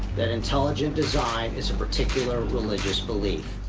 that intelligent design is a particular religious belief.